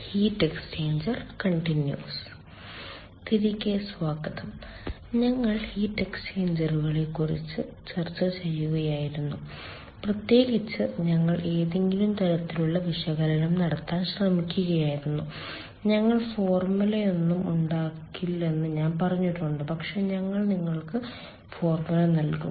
തിരികെ സ്വാഗതം ഞങ്ങൾ ഹീറ്റ് എക്സ്ചേഞ്ചറുകളെ കുറിച്ച് ചർച്ച ചെയ്യുകയായിരുന്നു പ്രത്യേകിച്ച് ഞങ്ങൾ ഏതെങ്കിലും തരത്തിലുള്ള വിശകലനം നടത്താൻ ശ്രമിക്കുകയായിരുന്നു ഞങ്ങൾ ഫോർമുലയൊന്നും ഉണ്ടാക്കില്ലെന്ന് ഞാൻ പറഞ്ഞിട്ടുണ്ട് പക്ഷേ ഞങ്ങൾ നിങ്ങൾക്ക് ഫോർമുല നൽകും